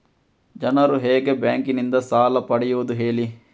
ಜನರು ಹೇಗೆ ಬ್ಯಾಂಕ್ ನಿಂದ ಸಾಲ ಪಡೆಯೋದು ಹೇಳಿ